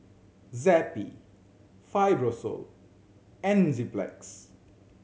Zappy Fibrosol Enzyplex